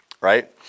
right